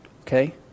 Okay